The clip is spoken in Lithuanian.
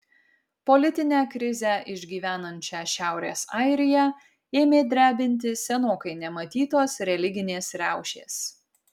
politinę krizę išgyvenančią šiaurės airiją ėmė drebinti senokai nematytos religinės riaušės